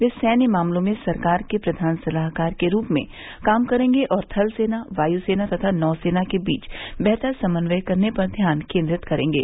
वे सैन्य मामलों में सरकार के प्रघान सलाहकार के रूप में काम करेंगे और थलसेना वायुसेना तथा नौसेना के बीच बेहतर समन्वय करने पर ध्यान केन्द्रित करेंगे